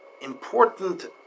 important